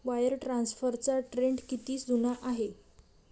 Wire ट्रान्सफरचा trend किती जुना आहे?